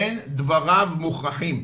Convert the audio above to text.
אין דבריו מוכרחים,